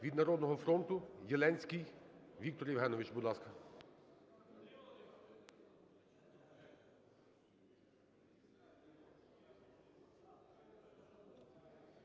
Від "Народного фронту" – Єленський Віктор Євгенович. Будь ласка.